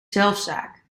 zelfzaak